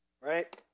Right